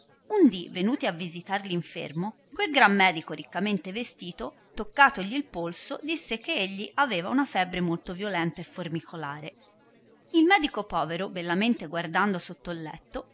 un dì venuti a visitar r infermo quel gran medico riccamente vestito toccatogli il polso disse che egli aveva una febre molto violenta e formicolare il medico povero bellamente guardando sotto letto